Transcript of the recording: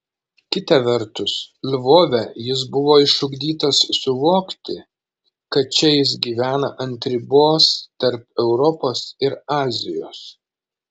kita vertus lvove jis buvo išugdytas suvokti kad čia jis gyvena ant ribos tarp europos ir azijos